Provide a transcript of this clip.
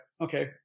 okay